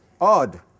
odd